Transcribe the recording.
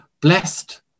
Blessed